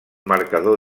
marcador